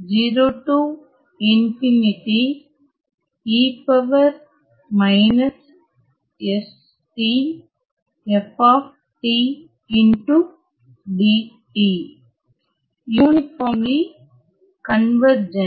uniformly convergent